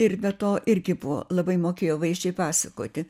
ir be to irgi buvo labai mokėjo vaizdžiai pasakoti